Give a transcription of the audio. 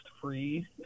free